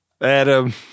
Adam